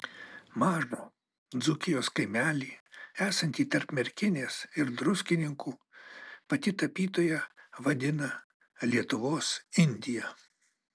mažą dzūkijos kaimelį esantį tarp merkinės ir druskininkų pati tapytoja vadina lietuvos indija